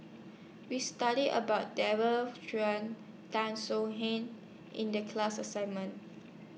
We studied about Daren Shiau Tan Soo Han in The class assignment